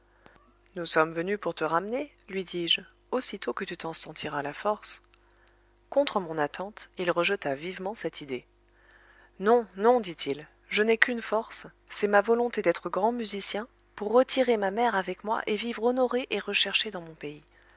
nous sommes venus pour te ramener lui dis-je aussitôt que tu t'en sentiras la force contre mon attente il rejeta vivement cette idée non non dit-il je n'ai qu'une force c'est ma volonté d'être grand musicien pour retirer ma mère avec moi et vivre honoré et recherché dans mon pays